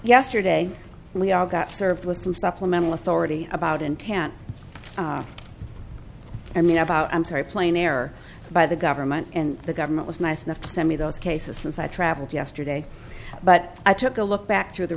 yesterday and we all got served with some supplemental authority about and can't i mean about i'm sorry plain error by the government and the government was nice enough to send me those cases since i traveled yesterday but i took a look back through the